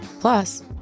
Plus